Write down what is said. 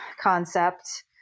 concept